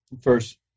First